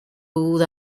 booth